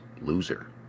loser